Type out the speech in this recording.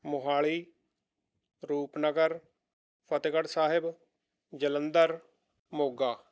Mohali Rupnagar Fatehgarh Sahib Jalandhar Moga